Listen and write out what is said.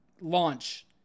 launch